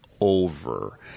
over